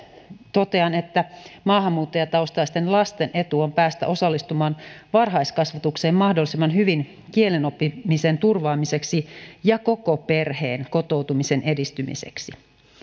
totean että maahanmuuttajataustaisten lasten etu on päästä osallistumaan varhaiskasvatukseen mahdollisimman hyvin kielen oppimisen turvaamiseksi ja koko perheen kotoutumisen edistymiseksi